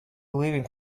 leaving